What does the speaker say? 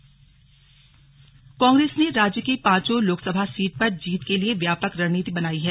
Congress Congress ने राज्य की पांचों लोकसभा सीट पर जीत करने के लिए व्यापक रणनीति बनाई है